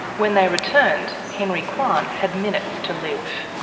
when they returned, henry kwan had minutes to live.